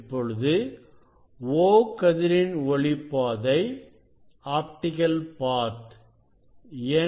இப்பொழுது O கதிரின் ஒளி பாதை n0